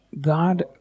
God